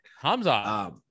Hamza